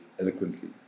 eloquently